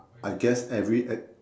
I guess every an